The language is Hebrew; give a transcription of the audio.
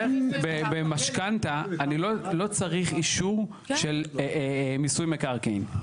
במשכנתא לא צריך אישור לש מיסוי מקרקעין,